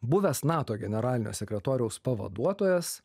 buvęs nato generalinio sekretoriaus pavaduotojas